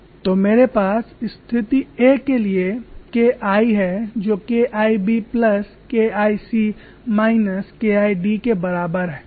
तो मेरे पास स्थिति के लिए K I है जो K Ib plus K Ic minus K Id के बराबर है